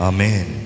Amen